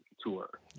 tour